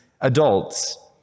adults